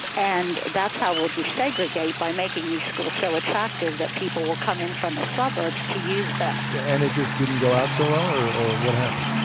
and that's how we'll desegregate, by making these schools so attractive that people will come in from the suburbs to use them. and it just didn't go out so well, or or what happened?